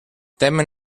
temen